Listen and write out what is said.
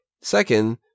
Second